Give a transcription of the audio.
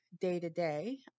day-to-day